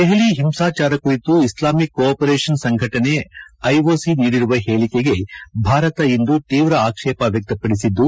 ದೆಹಲಿ ಹಿಂಸಾಚಾರ ಕುರಿತು Islamic cooperation ಸಂಘಟನೆ ಓಐಸಿ ನೀಡಿರುವ ಹೇಳಿಕೆಗೆ ಭಾರತ ಇಂದು ತೀವ್ರ ಆಕ್ಷೇಪ ವ್ಯಕ್ಷಪಡಿಸಿದ್ದು